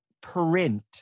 print